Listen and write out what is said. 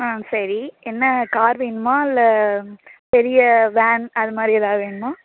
ஆ சரி என்ன கார் வேணுமா இல்லை பெரிய வேன் அது மாதிரி எதாவது வேணுமா